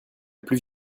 plus